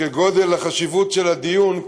כגודל החשיבות של הדיון,